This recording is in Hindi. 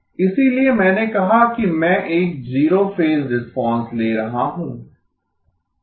इसीलिए मैंने कहा कि मैं एक जीरो फेज रिस्पांस ले रहा हूं